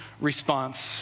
response